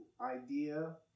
idea